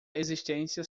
existência